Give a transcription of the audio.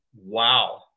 Wow